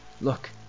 Look